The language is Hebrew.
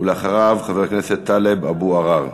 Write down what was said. ואחריו, חבר הכנסת טלב אבו עראר.